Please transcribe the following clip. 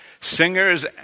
Singers